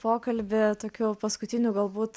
polkabį tokiu paskutiniu galbūt